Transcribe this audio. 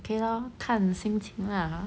okay lor 看心情 lah